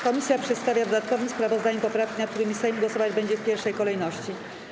Komisja przedstawia w dodatkowym sprawozdaniu poprawki, nad którymi Sejm głosować będzie w pierwszej kolejności.